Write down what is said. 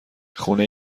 خونه